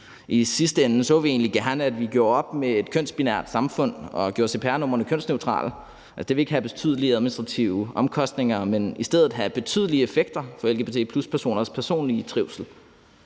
I sidste ende så vi egentlig gerne, at vi gjorde op med et kønsbinært samfund og gjorde cpr-numrene kønsneutrale; det vil ikke have betydelige administrative omkostninger, men i stedet have betydelige effekter for lgbt+-personers personlige trivsel.